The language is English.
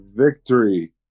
Victory